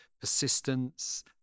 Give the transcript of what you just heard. persistence